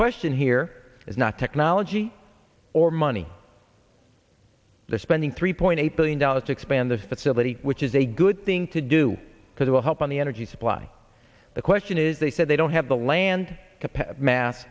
question here is not technology or money they're spending three point eight billion dollars to expand the facility which is a good thing to do because it will help on the energy supply the question is they said they don't have the land